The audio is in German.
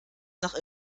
nach